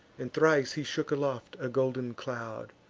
and thrice he shook aloft a golden cloud.